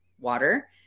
water